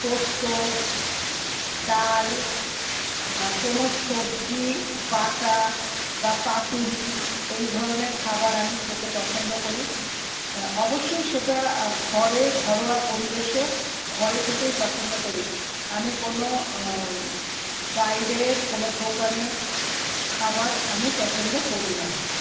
পোস্ত ডাল কোনো সবজি বাটা বা পাতুরি এই ধরনের খাবার আমি খেতে পছন্দ করি অবশ্যই সেটা ঘরে ঘরোয়া পরিবেশে ঘরে খেতেই পছন্দ করি আমি কোনো বাইরের কোনো দোকানের খাবার আমি পছন্দ করি না